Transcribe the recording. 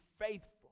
faithful